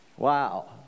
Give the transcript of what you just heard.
Wow